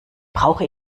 brauche